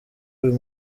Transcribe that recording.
uyu